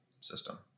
system